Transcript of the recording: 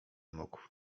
mógł